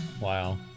wow